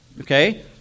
Okay